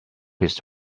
his